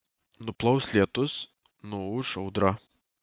nuplaus lietus nuūš audra